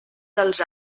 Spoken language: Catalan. dels